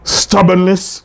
stubbornness